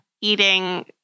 eating